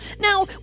Now